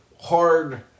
hard